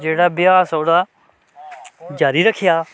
जेह्ड़ा भ्यास ओह्दा जारी रक्खेआ